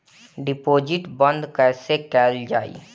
Deposit बंद कैसे कैल जाइ?